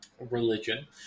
Religion